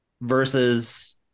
versus